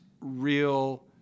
real